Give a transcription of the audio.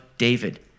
David